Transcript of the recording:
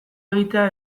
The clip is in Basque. egitea